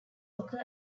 occur